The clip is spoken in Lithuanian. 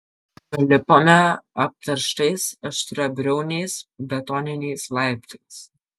nulipome apterštais aštriabriauniais betoniniais laiptais